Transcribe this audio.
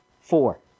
Four